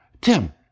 Tim